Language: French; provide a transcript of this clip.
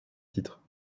titre